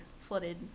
flooded